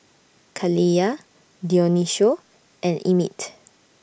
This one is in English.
Kaliyah Dionicio and Emit